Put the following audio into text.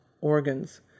organs